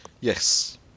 Yes